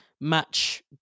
match